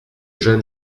jeune